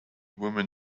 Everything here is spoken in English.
woman